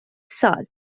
سال